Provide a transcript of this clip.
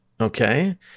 Okay